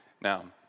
Now